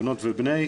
בנות ובני,